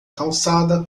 calçada